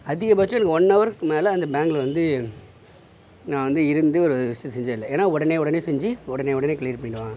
அதிகபட்சம் எனக்கு ஒன் ஹவருக்கு மேலே அந்த பேங்க்கில் வந்து நான் வந்து இருந்து ஒரு விஷயம் செஞ்சது இல்லை ஏன்னா உடனே உடனே செஞ்சு உடனே உடனே கிளியர் பண்ணிடுவாங்க